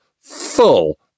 full